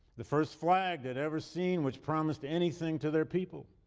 the first flag they'd ever seen which promised anything to their people.